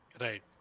Right